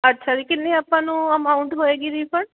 ਅੱਛਾ ਜੀ ਕਿੰਨੇ ਆਪਾਂ ਨੂੰ ਅਮਾਊਟ ਹੋਏਗੀ ਰੀਫੰਡ